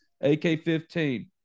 AK-15